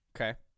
Okay